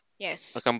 Yes